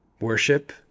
Worship